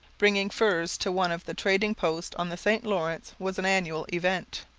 bringing furs to one of the trading posts on the st lawrence, was an annual event.